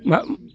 मा